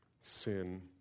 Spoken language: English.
sin